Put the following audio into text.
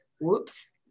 whoops